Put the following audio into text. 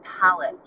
palette